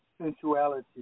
sensuality